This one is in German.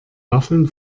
waffeln